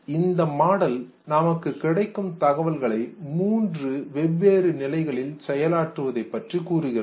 இந்த மாடல் நமக்கு கிடைக்கும் தகவல்களை மூன்று வெவ்வேறு நிலைகளில் செயலாற்றுவதை பற்றி கூறுகிறது